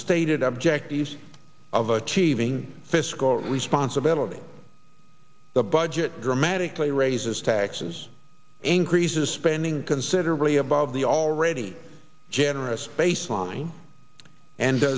stated objectives of achieving fiscal responsibility the budget dramatically raises taxes increases spending considerably above the already generous baseline and